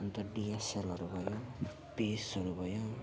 अन्त डिएसएलहरू भयो पेसहरू भयो